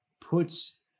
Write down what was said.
puts